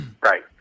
Right